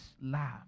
love